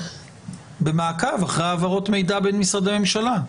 במעקב אחרי העברות מידע בין-משרדי הממשלה?